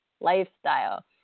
lifestyle